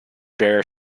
bear